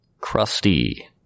crusty